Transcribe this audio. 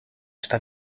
está